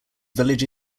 village